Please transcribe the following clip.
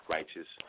Righteous